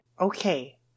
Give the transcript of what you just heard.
Okay